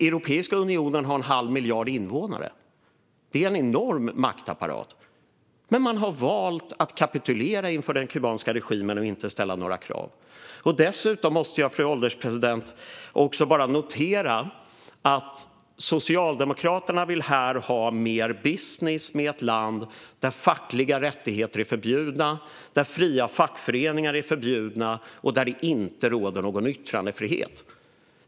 Europeiska unionen har en halv miljard invånare. Det är en enorm maktapparat. Men man har valt att kapitulera inför den kubanska regimen och inte ställa några krav. Dessutom måste jag, fru ålderspresident, notera att Socialdemokraterna vill ha mer business med ett land där fackliga rättigheter är förbjudna, där fria fackföreningar är förbjudna och där det inte råder någon yttrandefrihet.